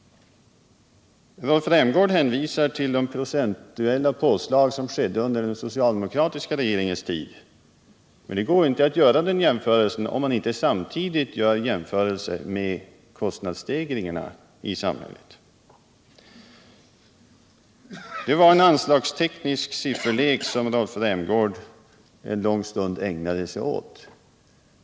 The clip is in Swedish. Rolf Rämgård hänvisar till de procentuella påslag som skedde under den socialdemokratiska regeringens tid. Men det går inte att göra den jämförelsen, om man inte samtidigt gör jämförelse med kostnadsstegringarna i samhället. Det var en anslagsteknisk sifferlek som Rolf Rämgård en lång stund ägnade sig åt.